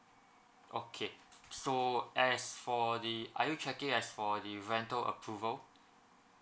okay so as for the are you checking as for the rental approval